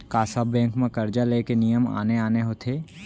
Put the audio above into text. का सब बैंक म करजा ले के नियम आने आने होथे?